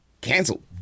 canceled